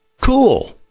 cool